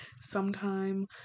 sometime